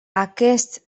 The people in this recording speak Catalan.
aquests